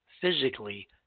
physically